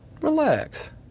relax